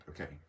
okay